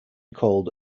called